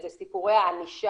זה סיפורי הענישה.